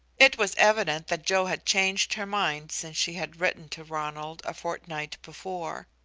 it was evident that joe had changed her mind since she had written to ronald a fortnight before.